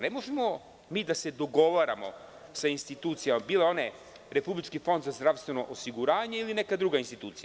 Ne možemo mi da se dogovaramo sa institucijama, bile one Republički fond za zdravstveno osiguranje ili neka druga institucija.